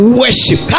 worship